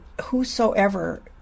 whosoever